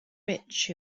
rich